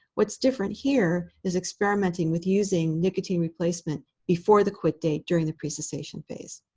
what's different here is experimenting with using nicotine replacement before the quit date during the precessation phase.